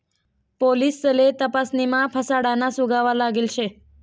पोलिससले तपासणीमा फसाडाना सुगावा लागेल शे